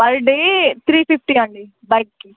per day three fifty అండి బైక్కి